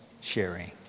sharing